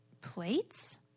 plates